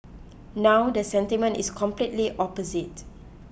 now the sentiment is completely opposite